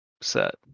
set